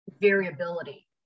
variability